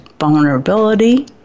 vulnerability